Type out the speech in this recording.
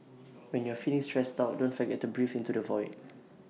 when you are feeling stressed out don't forget to breathe into the void